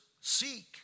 seek